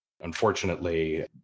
unfortunately